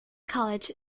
college